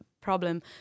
problem